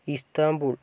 Istanbul